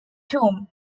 tomb